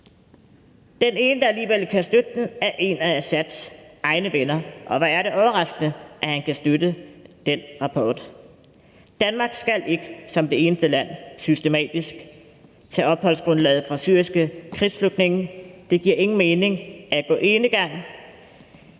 Den ene, der alligevel kan støtte den, er en af Assads egne venner, og hvor er det overraskende, at han kan støtte den rapport. Danmark skal ikke som det eneste land systematisk tage opholdsgrundlaget fra syriske krigsflygtninge, det giver ingen mening at gå enegang.